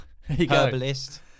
herbalist